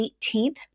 18th